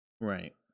Right